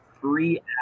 three